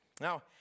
Now